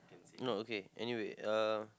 no okay anyway uh